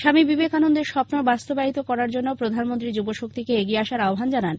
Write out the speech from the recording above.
স্বামী বিবেকানন্দের স্বপ্ন বাস্তবায়িত করার জন্য প্রধানমন্ত্রী যুবশক্তিকে এগিয়ে আসার আহ্বান জানান